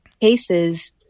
cases